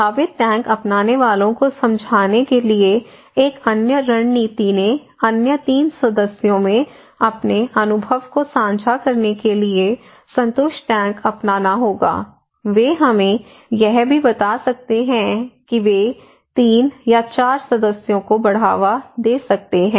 संभावित टैंक अपनाने वालों को समझाने के लिए एक अन्य रणनीति ने अन्य 3 सदस्यों में अपने अनुभव को साझा करने के लिए संतुष्ट टैंक अपनाना होगा वे हमें यह भी बता सकते हैं कि वे 3 या 4 सदस्यों को बढ़ावा दे सकते हैं